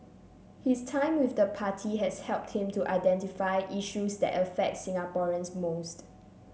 his time with the party has helped him to identify issues that affect Singaporeans most